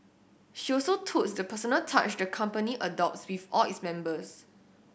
she also the personal touch the company adopts with all its members